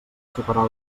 superar